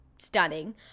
stunning